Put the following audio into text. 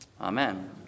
Amen